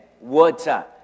water